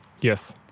yes